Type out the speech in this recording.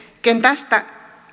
ken tästä